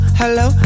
hello